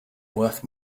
worth